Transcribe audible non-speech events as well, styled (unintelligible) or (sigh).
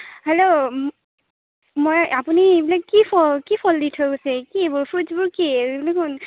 hello মই আপুনি এইবিলাক কি ফ কি ফল দি থৈ গৈছে কি এইবোৰ ফ্ৰুটচবোৰ কি (unintelligible)